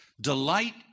Delight